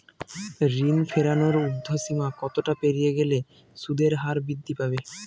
ঋণ ফেরানোর উর্ধ্বসীমা কতটা পেরিয়ে গেলে সুদের হার বৃদ্ধি পাবে?